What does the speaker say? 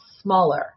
smaller